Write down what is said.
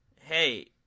Hey